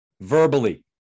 verbally